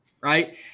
right